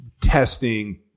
testing